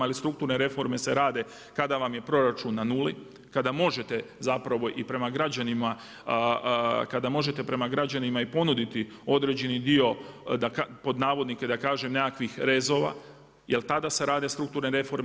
Ali strukturne reforme se rade kada vam je proračun na nuli, kada možete zapravo i prema građanima, kada možete prema građanima i ponuditi određeni dio, pod navodnike da kažem „nekakvih rezova“, jer tada se rade strukturne reforme.